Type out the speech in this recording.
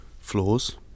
floors